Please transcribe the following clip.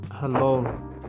Hello